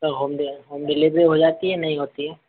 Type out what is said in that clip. sir home home delivery हो जाती है या नहीं होती है